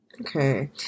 Okay